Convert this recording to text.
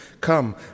Come